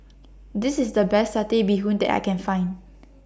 This IS The Best Satay Bee Hoon that I Can Find